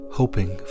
hoping